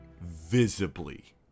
visibly